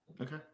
Okay